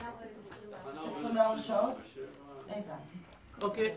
התחנה עובדת 24/7. אוקיי.